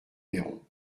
perron